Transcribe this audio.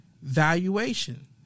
Valuation